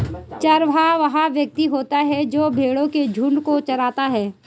चरवाहा वह व्यक्ति होता है जो भेड़ों के झुंडों को चराता है